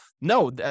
no